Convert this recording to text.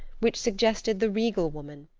which suggested the regal woman,